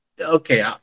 Okay